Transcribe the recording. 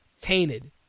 tainted